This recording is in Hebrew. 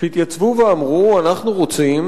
שהתייצבו ואמרו: אנחנו רוצים